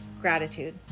gratitude